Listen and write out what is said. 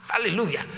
Hallelujah